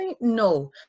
no